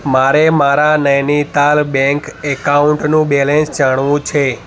મારે મારા નૈનિતાલ બૅંક નૈનિતાલ ઍકાઉન્ટનું બૅલેન્સ જાણવું છે